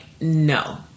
no